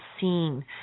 seen